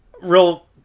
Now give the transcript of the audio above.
real